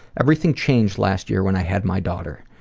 everything changed last year when i had my daughter.